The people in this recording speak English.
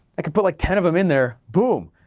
i could put like ten of them in there, boom,